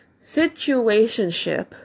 situationship